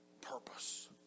purpose